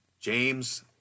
James